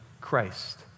Christ